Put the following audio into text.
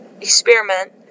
experiment